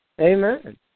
Amen